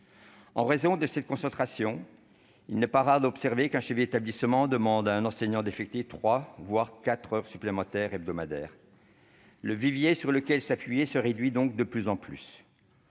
En raison de cette concentration, il n'est pas rare qu'un chef d'établissement demande à un enseignant d'effectuer trois, voire quatre heures supplémentaires hebdomadaires. Le vivier sur lequel s'appuyer se réduit de plus en plus.